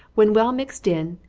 when well mixed in,